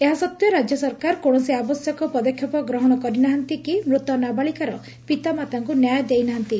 ଏହା ସତ୍ୱେ ରାଜ୍ୟ ସରକାର କୌଣସି ଆବଶ୍ୟକ ପଦକ୍ଷେପ ଗ୍ରହଶ କରିନାହାନ୍ତି କି ମୃତ ନାବାଳିକାର ପିତାମାତାଙ୍କୁ ନ୍ୟାୟ ଦେଇନାହାନ୍ତି